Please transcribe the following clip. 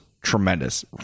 tremendous